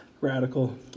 Radical